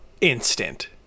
instant